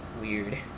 Weird